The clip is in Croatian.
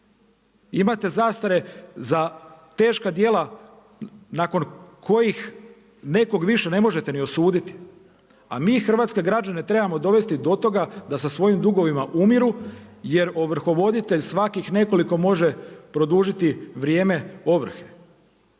Imate zastare za teška djela nakon kojih nekog više ne možete ni osuditi, a mi hrvatske građane trebamo dovesti do toga da sa svojim dugovima umiru jer ovrhovoditelj svakih nekoliko može produžiti vrijeme ovrhe.